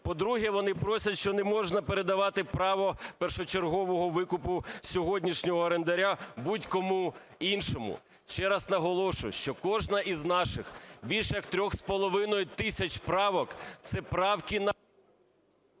По-друге, вони просять, що не можна передавати право першочергового викупу сьогоднішнього орендаря будь-кому іншому. Ще раз наголошую, що кожна з наших, більш як 3,5 тисяч правок, це правки на…